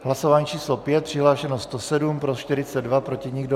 Hlasování číslo 5, přihlášeno 107, pro 42, proti nikdo.